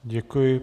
Děkuji.